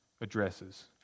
addresses